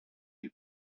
tip